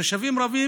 ותושבים רבים,